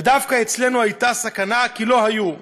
ודווקא אצלנו הייתה סכנה שלא יהיו.